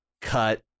cut